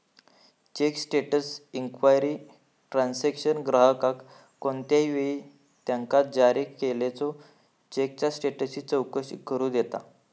check status inquiry transaction ग्राहकाक कोणत्याही वेळी त्यांका जारी केलेल्यो चेकचा स्टेटसची चौकशी करू देता